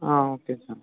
okay sir